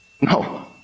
No